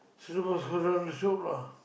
so the boss close down the shop lah